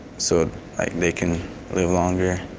so like they can live longer,